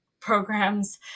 programs